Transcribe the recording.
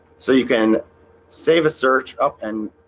so you can save a search up and